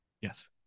Yes